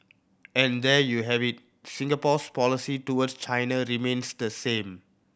and there you have it Singapore's policy towards China remains the same